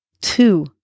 two